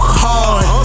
hard